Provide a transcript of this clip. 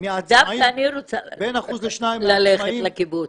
דווקא אני רוצה ללכת לקיבוץ.